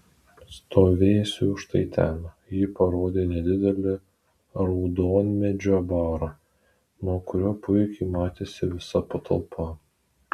stovėsiu štai ten ji parodė nedidelį raudonmedžio barą nuo kurio puikiai matėsi visa patalpa